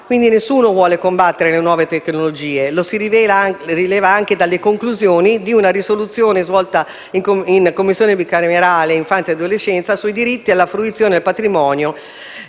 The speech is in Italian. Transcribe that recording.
Nessuno vuole combattere le nuove tecnologie e lo si rileva anche dalle conclusioni di una risoluzione, approvata in Commissione bicamerale per l'infanzia e l'adolescenza, sui diritti alla fruizione del patrimonio,